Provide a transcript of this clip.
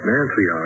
Nancy